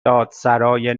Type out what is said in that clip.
دادسرای